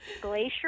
glacier